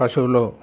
పశువులు